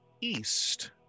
east